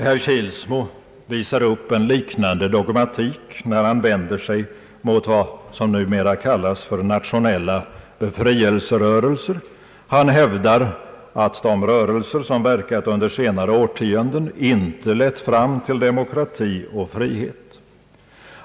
Herr Kilsmo visar upp en liknande dogmatik när han vänder sig mot vad som numera kallas nationella befrielserörelser. Han hävdar att de rörelser som verkat under senare årtionden inte lett fram till demokrati och frihet.